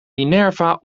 minerva